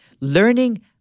learning